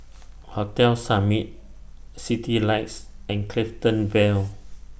Hotel Summit Citylights and Clifton Vale